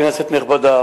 כנסת נכבדה,